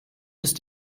ist